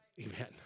Amen